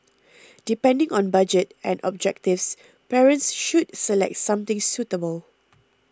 depending on budget and objectives parents should select something suitable